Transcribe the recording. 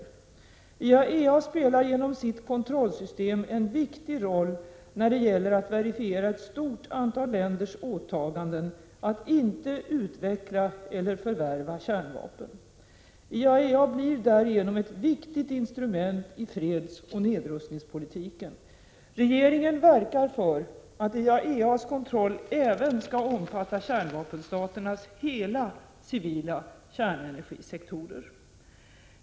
IAEA spelar genom sitt kontrollsystem en viktig roll när det gäller att verifiera ett stort antal länders åtaganden att inte utveckla eller förvärva kärnvapen. IAEA blir därigenom ett viktigt instrument i fredsoch nedrustningspolitiken. Regeringen verkar för att IAEA:s kontroll även skall omfatta kärnvapenstaternas hela civila kärnenergisektorer.